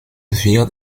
wird